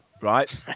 right